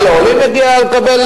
רק לעולים מגיע לקבל